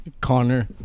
Connor